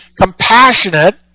compassionate